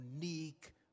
unique